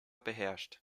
beherrscht